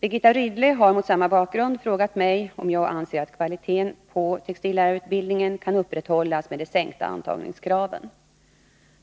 Birgitta Rydle har mot samma bakgrund frågat mig om jag anser att kvaliteten på textillärarutbildningen kan upprätthållas med de sänkta antagningskraven.